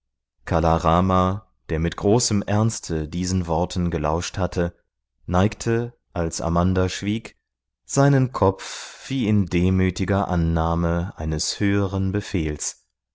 kala rama der mit großem ernste diesen worten gelauscht hatte neigte als amanda schwieg seinen kopf wie in demütiger annahme eines höheren befehls